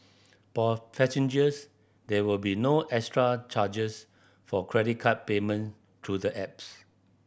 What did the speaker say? passengers there will be no extra charges for credit card payment through the apps